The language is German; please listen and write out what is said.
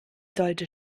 sollte